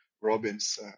Robin's